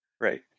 Right